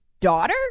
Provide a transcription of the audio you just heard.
daughter